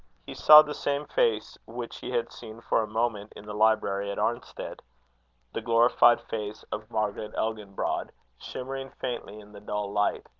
he saw the same face which he had seen for a moment in the library at arnstead the glorified face of margaret elginbrod, shimmering faintly in the dull light.